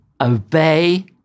obey